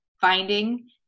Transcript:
finding